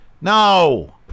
No